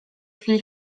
chwili